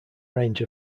range